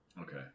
Okay